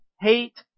hate